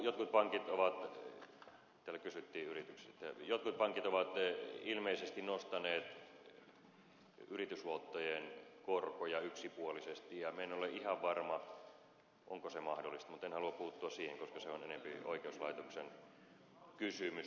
jotkut pankit ovat täällä kysyttiin yrityksistä ilmeisesti nostaneet yritysluottojen korkoja yksipuolisesti ja minä en ole ihan varma onko se mahdollista mutta en halua puuttua siihen koska se on enempi oikeuslaitoksen kysymys